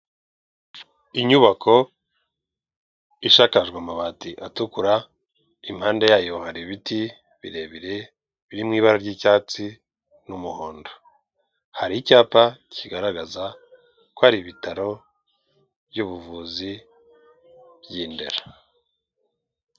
Inyubako ishakajwe amabati atukura impande yayo hari ibiti birebire biri mu ibara ry'icyatsi n'umuhondo, hari icyapa kigaragaza ko ari ibitaro by'ubuvuzi by'indera.